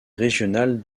régionale